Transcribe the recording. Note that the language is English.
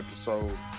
episode